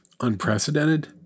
unprecedented